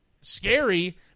scary